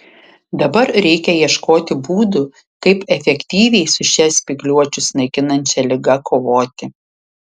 dabar reikia ieškoti būdų kaip efektyviai su šia spygliuočius naikinančia liga kovoti